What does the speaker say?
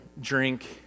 drink